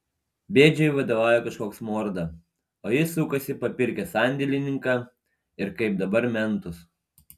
bėdžiui vadovauja kažkoks morda o jis sukasi papirkęs sandėlininką ir kaip dabar mentus